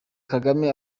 kagame